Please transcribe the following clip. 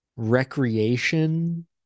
recreation